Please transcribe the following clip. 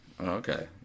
Okay